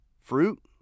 fruit